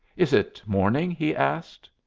is it morning? he asked.